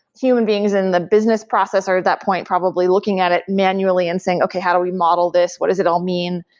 human beings in the business process are at that point, probably looking at it manually and saying, okay, how do we model this? what does it all mean?